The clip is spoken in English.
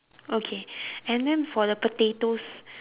okay and then for the potatoes